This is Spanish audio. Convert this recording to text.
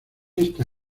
esta